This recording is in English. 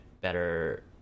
better